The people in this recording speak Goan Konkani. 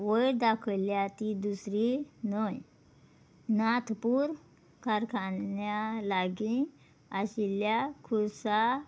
वयर दाखयल्या ती दुसरी न्हंय नातपूर कारखान्या लागीं आशिल्ल्या खुर्सा